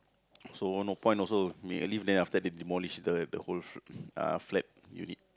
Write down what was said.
so no point also make a lift then after they demolish the the whole fl~ uh flat unit